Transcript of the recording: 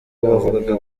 bavugaga